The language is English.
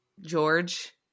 George